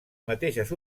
mateixes